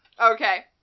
Okay